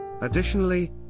Additionally